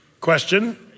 Question